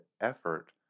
effort